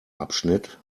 abschnitt